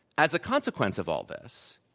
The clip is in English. as a consequence of all this,